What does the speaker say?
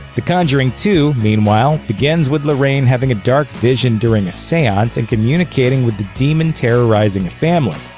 the conjuring two, meanwhile, begins with lorraine having a dark vision during a seance and communicating with the demon terrorizing a family.